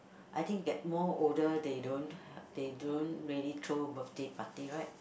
I think get more older they don't they don't really throw birthday party right